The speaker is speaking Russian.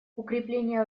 укрепление